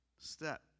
step